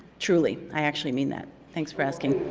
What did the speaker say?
truly, i actually mean that. thanks for asking.